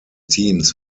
teams